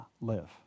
live